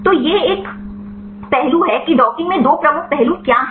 तो यह एक पहलू है कि डॉकिंग में दो प्रमुख पहलू क्या हैं